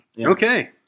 Okay